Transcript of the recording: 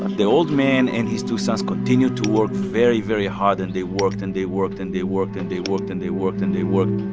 the old man and his two sons continued to work very, very hard. and they worked. and they worked. and they worked. and they worked. and they worked. and they worked.